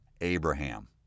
Abraham